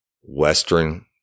western